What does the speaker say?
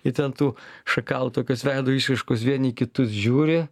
ir ten tų šakalų tokios veido išraiškos vieni į kitus žiūri